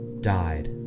died